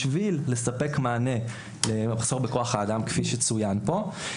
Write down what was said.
בשביל לספק מענה למחסור בכוח האדם כפי שצוין פה.